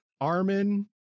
Armin